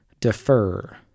defer